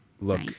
look